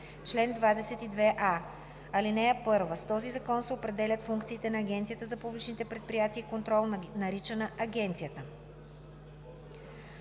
„Чл. 22а. (1) С този закон се определят функциите на Агенцията за публичните предприятия и контрол, наричана „Агенцията“.